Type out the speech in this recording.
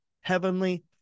heavenly